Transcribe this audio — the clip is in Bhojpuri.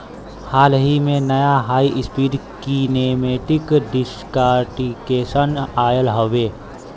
हाल ही में, नया हाई स्पीड कीनेमेटिक डिकॉर्टिकेशन आयल हउवे